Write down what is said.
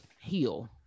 Heal